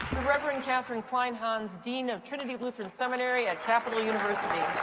rev. and kathryn kleinhans, dean of trinity lutheran seminary at capital university.